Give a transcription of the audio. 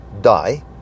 die